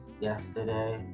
yesterday